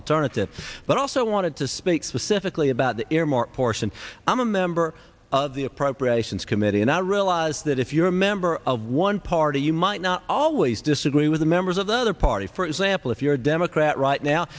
alternative but i also wanted to speak specifically about the earmark portion i'm a member of the appropriations committee and i realize that if you're a member of one party you might not always disagree with the members of the other party for example if you're a democrat right now